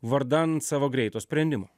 vardan savo greito sprendimo